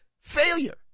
failure